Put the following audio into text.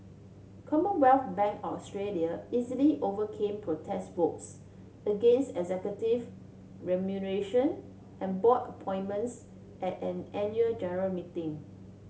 Commonwealth Bank of Australia easily overcame protest votes against executive remuneration and board appointments at an annual general meeting